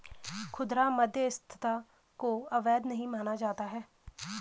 खुदरा मध्यस्थता को अवैध नहीं माना जाता है